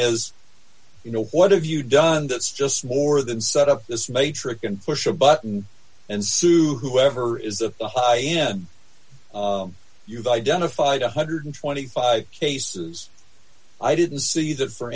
is you know what have you done that's just more than set up this matrix and push a button and sue whoever is the i am you've identified one hundred and twenty five cases i didn't see that for